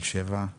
מתל-שבע;